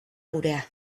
gurea